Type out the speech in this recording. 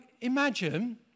imagine